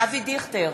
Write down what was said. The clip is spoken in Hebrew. אבי דיכטר,